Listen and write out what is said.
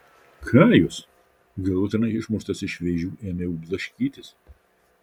ką jūs galutinai išmuštas iš vėžių ėmiau blaškytis